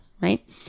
right